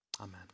Amen